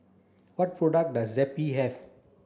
what product does Zappy have